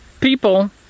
People